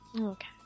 Okay